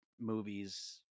movies